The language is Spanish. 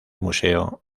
museo